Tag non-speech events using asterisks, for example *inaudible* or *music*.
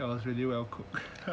it was really well cook *laughs*